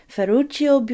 Ferruccio